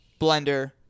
Blender